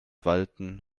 walten